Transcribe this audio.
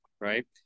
right